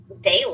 daily